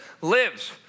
lives